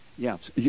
Yes